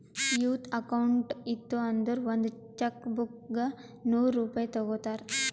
youth account ಇತ್ತು ಅಂದುರ್ ಒಂದ್ ಚೆಕ್ ಬುಕ್ಗ ನೂರ್ ರೂಪೆ ತಗೋತಾರ್